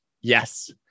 Yes